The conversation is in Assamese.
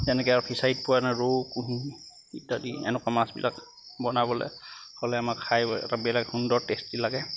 এনেকে আৰু ফিছাৰিত পোৱা ৰৌ কুঢ়ি ইত্যাদি এনেকুৱা মাছবিলাক বনাবলে হ'লে খাই বেলেগ সুন্দৰ টেষ্টি লাগে